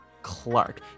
Clark